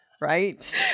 Right